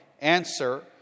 Answer